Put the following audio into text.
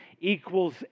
equals